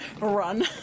run